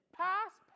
past